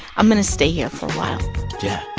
i'm going to stay here for a while yeah